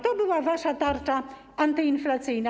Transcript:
To była wasza tarcza antyinflacyjna.